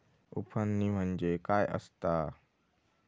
उफणणी म्हणजे काय असतां?